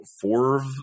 four